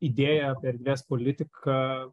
idėja apie erdvės politiką